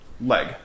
leg